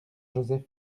joseph